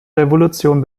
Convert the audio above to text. revolution